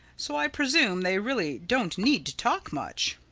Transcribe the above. so i presume they really don't need to talk much.